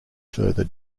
further